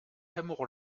amour